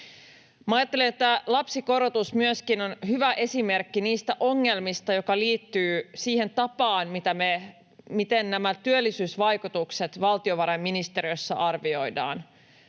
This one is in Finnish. ajattelen, että lapsikorotus myöskin on hyvä esimerkki niistä ongelmista, jotka liittyvät siihen tapaan, miten nämä työllisyysvaikutukset valtiovarainministeriössä arvioidaan.